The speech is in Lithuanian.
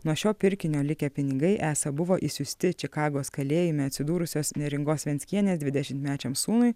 nuo šio pirkinio likę pinigai esą buvo išsiųsti čikagos kalėjime atsidūrusios neringos venckienės dvidešimtmečiam sūnui